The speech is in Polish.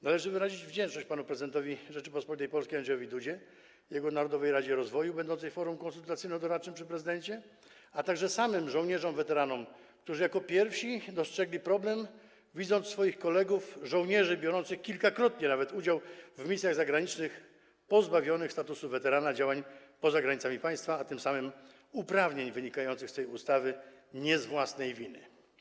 Należy wyrazić wdzięczność panu prezydentowi Rzeczypospolitej Polskiej Andrzejowi Dudzie, jego Narodowej Radzie Rozwoju będącej gremium konsultacyjno-doradczym przy prezydencie, a także samym żołnierzom weteranom, którzy jako pierwsi dostrzegli problem, widząc swoich kolegów żołnierzy biorących nawet kilkakrotnie udział w misjach zagranicznych, którzy zostali pozbawieni statusu weterana działań poza granicami państwa, a tym samym uprawnień wynikających z tej ustawy nie z własnej winy.